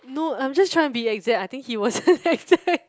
no I'm just being to be exact I think he was